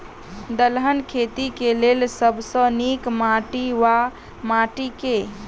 दलहन खेती केँ लेल सब सऽ नीक माटि वा माटि केँ?